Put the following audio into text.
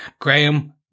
Graham